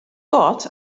got